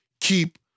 keep